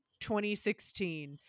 2016